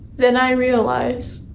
then i realize,